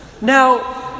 Now